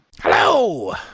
Hello